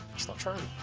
it's not true.